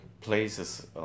places